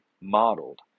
modeled